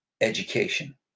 education